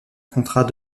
contrat